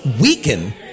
Weaken